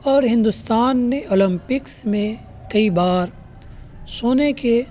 اور ہندوستان نے اولمپکس میں کئی بار سونے کے